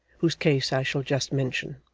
whose case i shall just mention